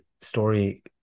story